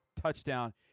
touchdown